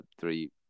three